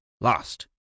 Lost